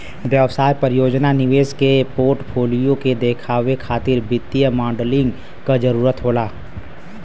व्यवसाय परियोजना निवेश के पोर्टफोलियो के देखावे खातिर वित्तीय मॉडलिंग क जरुरत होला